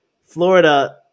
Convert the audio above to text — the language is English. Florida